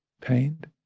pained